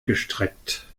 gestreckt